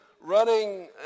running